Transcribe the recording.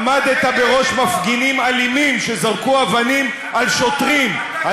עמדת בראש מפגינים אלימים שזרקו אבנים על שוטרים.